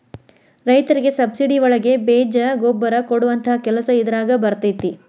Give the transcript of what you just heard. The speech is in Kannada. ರೈತರಿಗೆ ಸಬ್ಸಿಡಿ ಒಳಗೆ ಬೇಜ ಗೊಬ್ಬರ ಕೊಡುವಂತಹ ಕೆಲಸ ಇದಾರಗ ಬರತೈತಿ